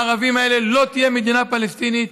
לערבים האלה לא תהיה מדינה פלסטינית,